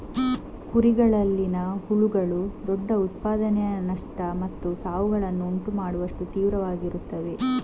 ಕುರಿಗಳಲ್ಲಿನ ಹುಳುಗಳು ದೊಡ್ಡ ಉತ್ಪಾದನೆಯ ನಷ್ಟ ಮತ್ತು ಸಾವುಗಳನ್ನು ಉಂಟು ಮಾಡುವಷ್ಟು ತೀವ್ರವಾಗಿರುತ್ತವೆ